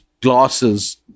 glasses